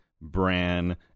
Bran